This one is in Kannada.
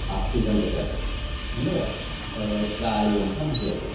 ಆಕ್ಸಿಜನ್ ಬೇಕಾಕತಿ ಅಂದ್ರ ಗಾಳಿ ಅಂತ ನಾವು ಹೇಳ್ತೇವಿ